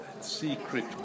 secret